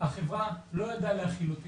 החברה לא ידעה להכיל אותי,